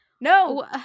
No